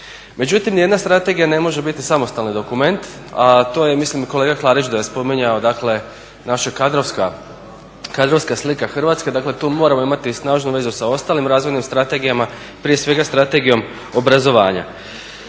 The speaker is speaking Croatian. Međutim, nijedna strategija ne može biti samostalni dokument, a to je mislim kolega Klarić spominjao, dakle naša kadrovska slika Hrvatske. Dakle, tu moramo imati snažnu vezu sa ostalim razvojnim strategijama. Prije svega Strategijom obrazovanja.